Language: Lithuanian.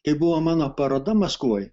kai buvo mano paroda maskvoje